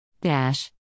Dash